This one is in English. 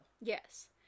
Yes